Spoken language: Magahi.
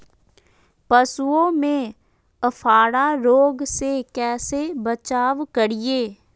पशुओं में अफारा रोग से कैसे बचाव करिये?